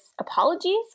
apologies